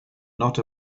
not